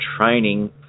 training